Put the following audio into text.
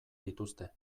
dituzte